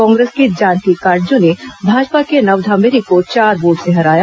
कांग्रेस की जानकी काटजू ने भाजपा के नवधा मिरी को चार वोट से हराया